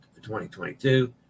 2022